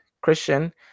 Christian